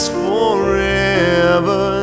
forever